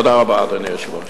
תודה רבה, אדוני היושב-ראש.